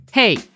Hey